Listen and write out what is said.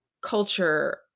culture